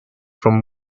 from